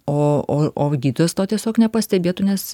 o o o gydytojas to tiesiog nepastebėtų nes